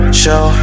show